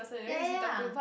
ya ya ya